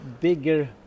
bigger